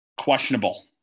Questionable